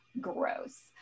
gross